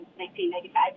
1995